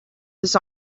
his